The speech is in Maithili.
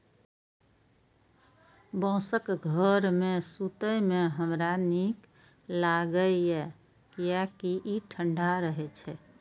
बांसक घर मे सुतै मे हमरा नीक लागैए, कियैकि ई ठंढा रहै छै